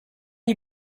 you